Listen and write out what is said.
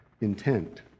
intent